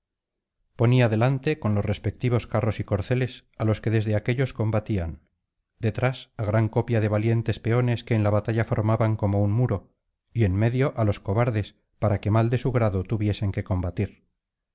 ponía delante con los respectivos carros y corceles á los que desde aquéllos combatían detrás á gran copia de valientes peones que en la batalla formaban como un muro y en medio á los cobardes para que mal de su grado tuviesen que combatir